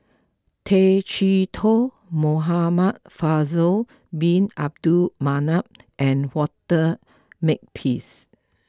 Tay Chee Toh Muhamad Faisal Bin Abdul Manap and Walter Makepeace